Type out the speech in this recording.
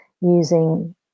using